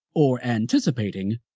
or anticipating,